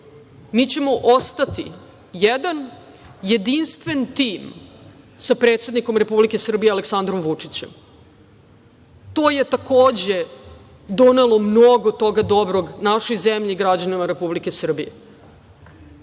mi ćemo ostati jedan jedinstven tim sa predsednikom Republike Srbije Aleksandrom Vučićem. To je, takođe, donelo mnogo toga dobrog našoj zemlji i građanima Republike Srbije. Ako